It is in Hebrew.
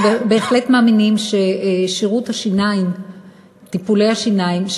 אנחנו בהחלט מאמינים שטיפולי השיניים,